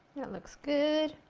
that looks good!